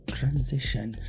Transition